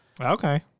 Okay